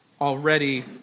already